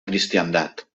cristiandat